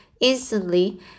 instantly